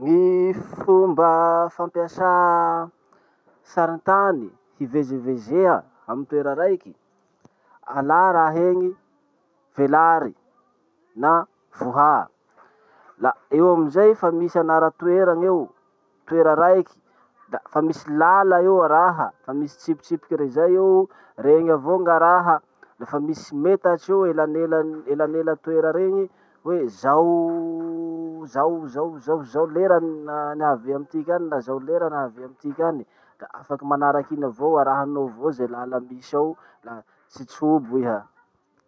Ny fomba fampiasà sarintany hivezivezea amy toera raiky. Alà raha iny, velary na voha, la eo amizay fa misy anara toera gn'eo, toera raiky, da fa misy lala eo araha, fa misy tsipitsipiky rey zay eo, regny avao gn'araha, le fa misy metatsy io elanela toera regny hoe zao zao zao zao zao lera ni- niavia amy tiky any na zao lera niavia amy tiky any. Da afaky manaraky iny avao, arahanao avao ze lala misy ao la tsy trobo iha.